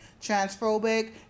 transphobic